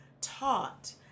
taught